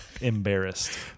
embarrassed